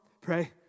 pray